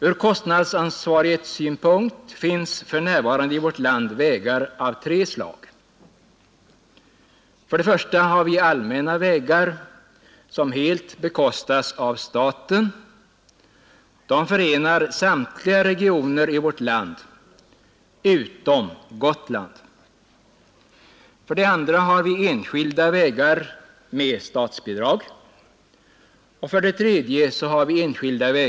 Ur kostnadsansvarighetssynpunkt finns för närvarande i vårt land vägar av tre slag. 1. Allmänna vägar helt bekostade av staten, vilka förenar samtliga regioner i vårt land utom Gotland.